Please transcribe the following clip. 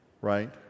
right